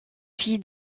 fille